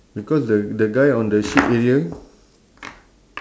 because the the guy on the sheep area